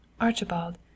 Archibald